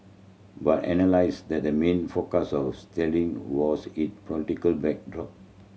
but analyst said the main focus of sterling was it political backdrop